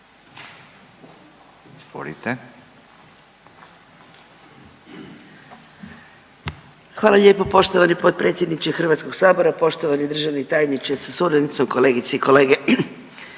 (GLAS)** Hvala lijepo poštovani potpredsjedniče HS, poštovani državni tajniče sa suradnicom, kolegice i kolege.